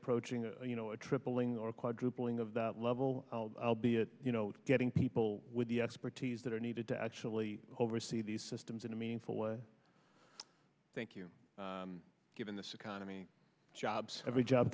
approaching you know a tripling or quadrupling of that level i'll be at you know getting people with the expertise that are needed to actually oversee these systems in a meaningful way thank you given this economy jobs every job